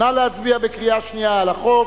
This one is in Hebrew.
נא להצביע בקריאה שנייה על החוק.